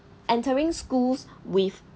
entering schools with